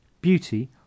Beauty